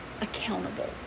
accountable